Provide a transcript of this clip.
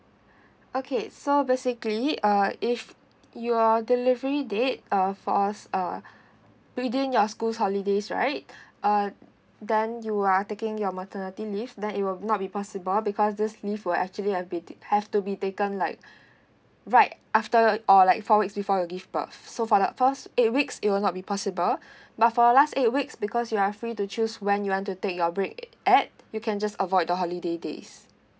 okay so basically uh if your delivery date uh falls uh within your school holidays right uh then you are taking your maternity leave then it will not be possible because this leave will actually have be have to be taken like right after or like four weeks before you give birth so for the first eight weeks it will not be possible but for last eight weeks because you are free to choose when you want to take your break at you can just avoid the holiday days